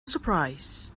surprise